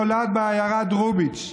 נולד בעיירה דרוהוביץ.